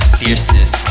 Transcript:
fierceness